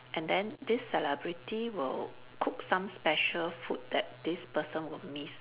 and then this celebrity will cook some special food that this person will miss